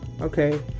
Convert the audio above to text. okay